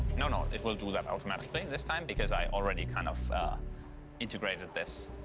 no, no, it will do that automatically and this time, because i already kind of integrated this.